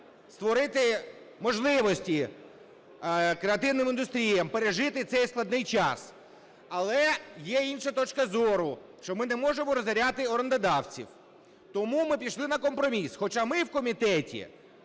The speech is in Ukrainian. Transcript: створити можливості креативним індустріям пережити цей складний час. Але є інша точка зору, що ми не можемо розоряти орендодавців, тому ми пішли на компроміс, хоча ми в комітеті